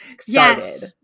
started